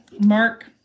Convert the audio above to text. Mark